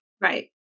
Right